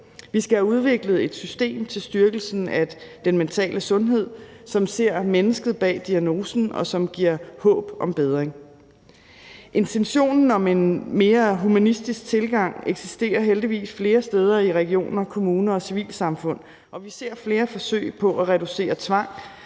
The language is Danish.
Vi skal have udviklet et system til styrkelse af den mentale sundhed, som ser mennesket bag diagnosen, og som giver håb om bedring. Intentionen om en mere humanistisk tilgang eksisterer heldigvis flere steder i regioner, kommuner og civilsamfund, og vi ser flere forsøg på at reducere tvang,